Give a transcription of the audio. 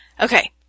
Okay